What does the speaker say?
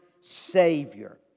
Savior